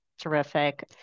terrific